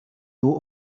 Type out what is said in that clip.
nur